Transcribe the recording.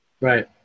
Right